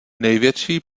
největší